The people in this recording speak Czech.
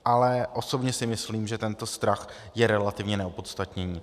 Ale osobně si myslím, že tento strach je relativně neopodstatněný.